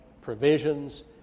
provisions